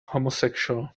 homosexual